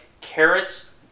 carrots